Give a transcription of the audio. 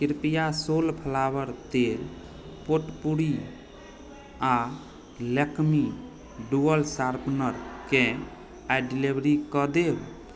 कृपया सोलफ्लावर तेल पोटपूरी आ लैक्मे डुअल शार्पनर केँ आइ डिलीवरी कऽ देब